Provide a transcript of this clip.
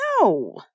No